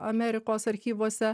amerikos archyvuose